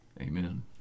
amen